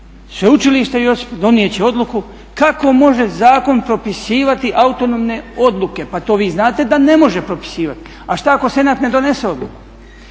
Sveučilište Josip donijet će odluku kako može zakon propisivati autonomne odluke." pa to vi znate da ne može propisivati. A što ako senat ne donese odluku?